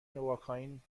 نواکائین